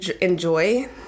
enjoy